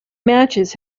matches